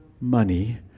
money